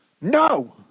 No